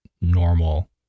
normal